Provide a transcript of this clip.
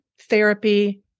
therapy